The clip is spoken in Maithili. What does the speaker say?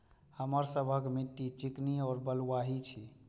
हमर सबक मिट्टी चिकनी और बलुयाही छी?